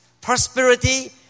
prosperity